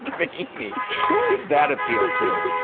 veiny. who would that appeal to?